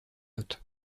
out